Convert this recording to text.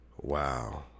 wow